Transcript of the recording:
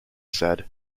said